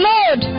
Lord